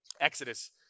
Exodus